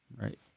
Right